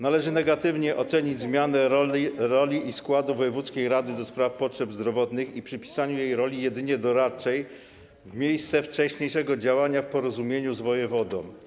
Należy negatywnie ocenić zmianę roli i składu wojewódzkiej rady do spraw potrzeb zdrowotnych i przypisaniu jej jedynie roli doradczej w miejsce wcześniejszego działania w porozumieniu z wojewodą.